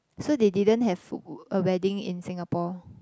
so they didn't have a wedding in Singapore